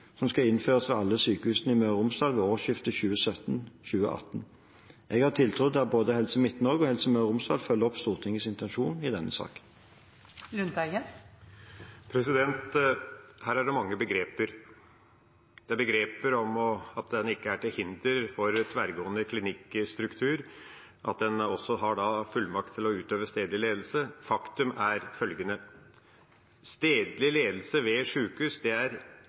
som skal innføres ved alle sykehusene i Møre og Romsdal ved årsskiftet 2017/2018. Jeg har tiltro til at både Helse Midt-Norge og Helse Møre og Romsdal følger opp Stortingets intensjoner i denne saken. Her er det mange begreper. Det er begreper om at det ikke er til hinder for tverrgående klinikkstruktur, og at en har fullmakt til å utøve stedlig ledelse. Faktum er følgende: Stedlig ledelse ved sykehus er ikke en koordinator uten fullmakt. Jeg ber statsråden svare på det. Stedlig ledelse er